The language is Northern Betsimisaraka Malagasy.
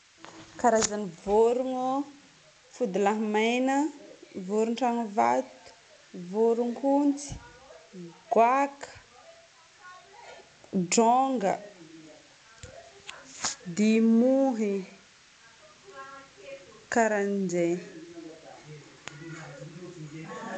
Karazagna vorogno: fody lahimena, vorotragnovato, voronkontsy, goàka, drônga, dimoy, karan'izegny.